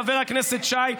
חבר הכנסת שי,